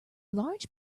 large